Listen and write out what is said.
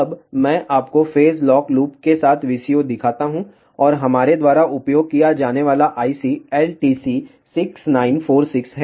अब मैं आपको फेज लॉक लूप के साथ VCO दिखाता हूं और हमारे द्वारा उपयोग किया जाने वाला IC LTC6946 है